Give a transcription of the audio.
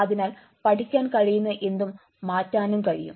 അതിനാൽ പഠിക്കാൻ കഴിയുന്ന എന്തും മാറ്റാനും കഴിയും